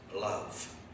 love